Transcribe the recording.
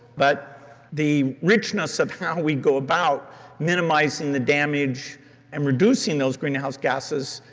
but the richness of how we go about minimising the damage and reducing those greenhouse gases,